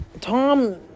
Tom